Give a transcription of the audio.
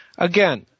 Again